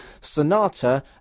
Sonata